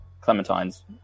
Clementine's